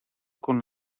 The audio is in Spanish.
con